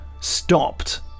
stopped